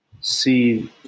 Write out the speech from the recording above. see